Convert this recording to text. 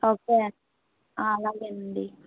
okay అండి అలాగేనండి